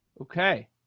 Okay